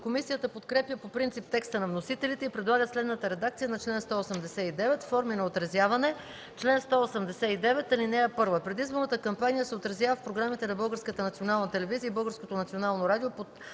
Комисията подкрепя по принцип текста на вносителите и предлага следната редакция на чл. 189: „Форми на отразяване Чл. 189. (1) Предизборната кампания се отразява в програмите на Българската